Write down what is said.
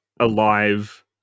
Alive